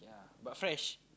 ya but fresh